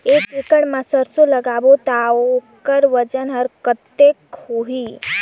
एक एकड़ मा सरसो ला लगाबो ता ओकर वजन हर कते होही?